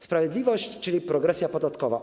Sprawiedliwość, czyli progresja podatkowa.